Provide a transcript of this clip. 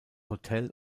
hotel